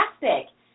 fantastic